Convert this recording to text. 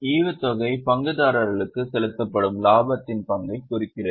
ஈவுத்தொகை பங்குதாரர்களுக்கு செலுத்தப்படும் லாபத்தின் பங்கைக் குறிக்கிறது